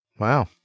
Wow